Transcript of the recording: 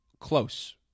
close